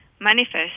manifest